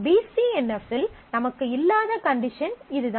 B C N F இல் நமக்கு இல்லாத கண்டிஷன் இதுதான்